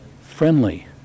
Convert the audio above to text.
friendly